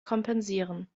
kompensieren